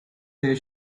their